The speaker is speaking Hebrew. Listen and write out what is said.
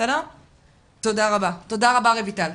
תודה רבה, רויטל.